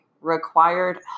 required